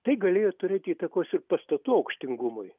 tai galėjo turėti įtakos ir pastatų aukštingumui